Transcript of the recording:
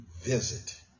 visit